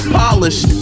polished